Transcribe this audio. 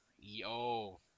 yo